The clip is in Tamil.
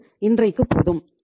இது இன்றைக்கு போதும்